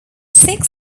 six